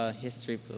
history